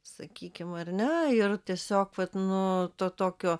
sakykim ar ne ir tiesiog vat nu to tokio